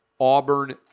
Auburn